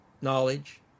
knowledge